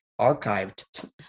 archived